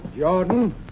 Jordan